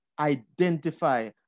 identify